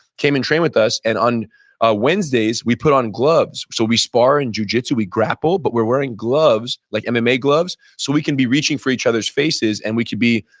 came and trained with us and on ah wednesdays we put on gloves. so we spar in jujitsu, we grapple but we're wearing gloves like mma mma gloves so we can be reaching for each other's faces and we can be,